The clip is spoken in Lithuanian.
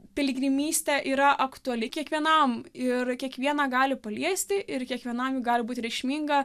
piligrimystė yra aktuali kiekvienam ir kiekvieną gali paliesti ir kiekvienam gali būti reikšminga